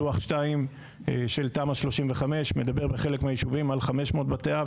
לוח 2 של תמ"א 35 מדבר בחלק מהיישובים על 500 בתי אב,